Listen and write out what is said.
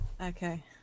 okay